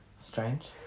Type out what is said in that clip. Strange